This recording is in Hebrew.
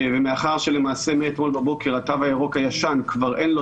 ומאחר שלמעשה מאתמול בוקר התו הירוק הישן כבר אין לו